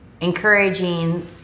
encouraging